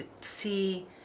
see